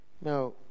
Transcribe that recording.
Now